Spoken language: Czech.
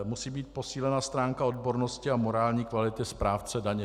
Musí být posílena stránka odbornosti a morální kvality správce daně.